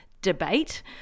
debate